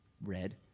red